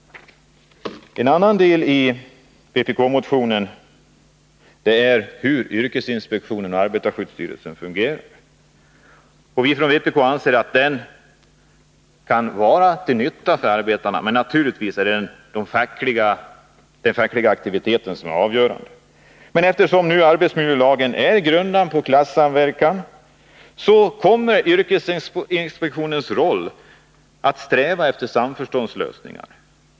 En annan del av vpk-motionen tar upp hur yrkesinspektionen och arbetarskyddsstyrelsen fungerar. Vi från vpk anser att dessa myndigheter kan vara till nytta för arbetarna, men naturligtvis är det den fackliga aktiviteten som är avgörande. Men eftersom arbetsmiljölagen är grundad på klassamverkan kommer yrkesinspektionen att sträva efter samförståndslösningar.